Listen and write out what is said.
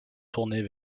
tournées